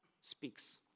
speaks